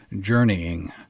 journeying